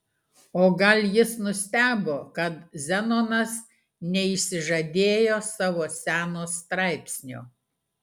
o gal jis nustebo kad zenonas neišsižadėjo savo seno straipsnio